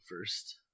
first